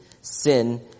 sin